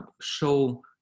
show